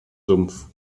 sumpf